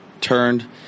Turned